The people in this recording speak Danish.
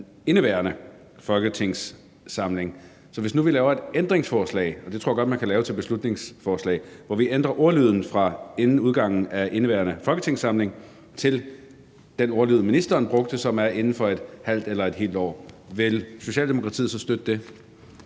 indeværende folketingssamling. Så hvis nu vi laver et ændringsforslag, og det tror jeg godt man kan lave til beslutningsforslag, hvor vi ændrer ordlyden fra inden udgangen af indeværende folketingssamling til den ordlyd, ministeren brugte, som er inden for et halvt eller et helt år, vil Socialdemokratiet så støtte det?